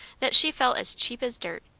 that she felt as cheap as dirt,